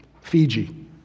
Fiji